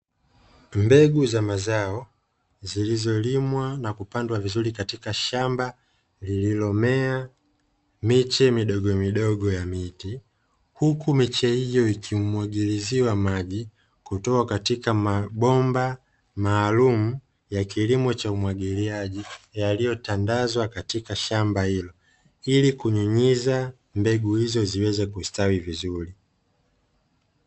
Mbegu za mazao zilizolimwa na kupandwa vizuri, katika shamba lililomea miche midogo midogo ya miti; huku miche hiyo ikimwagiliziwa maji kutoka katika mabomba maalumu ya kilimo cha umwagiliaji, yaliyotandazwa katika shamba hilo, ili kunyunyiza mbegu hizo ziweze kustawi vizuri.